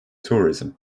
tourism